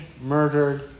murdered